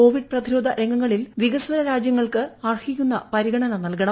Covid പ്രതിരോധ രംഗങ്ങളിൽ വികസ്വര രാജൃങ്ങൾക്ക് അർഹിക്കുന്ന പരിഗണന നൽകണം